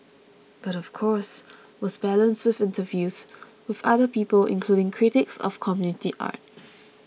but of course was balanced with interviews with other people including critics of community art